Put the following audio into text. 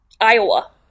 Iowa